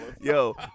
yo